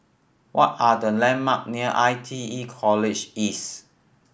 what are the landmark near I T E College East